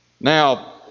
Now